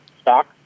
stock